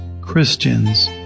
Christians